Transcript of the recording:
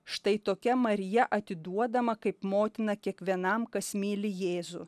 štai tokia marija atiduodama kaip motina kiekvienam kas myli jėzų